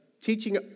teaching